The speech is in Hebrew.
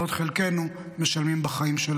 בעוד חלקנו משלמים בחיים.